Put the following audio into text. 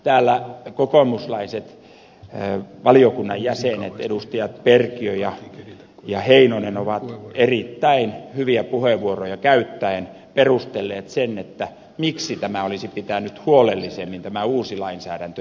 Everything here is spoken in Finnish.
täällä kokoomuslaiset valiokunnan jäsenet edustajat perkiö ja heinonen ovat erittäin hyviä puheenvuoroja käyttäen perustelleet sen miksi tämä uusi lainsäädäntö olisi pitänyt huolellisemmin nyt valmistella